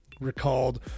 recalled